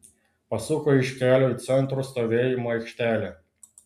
pasuko iš kelio į centro stovėjimo aikštelę